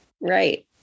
right